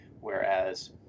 Whereas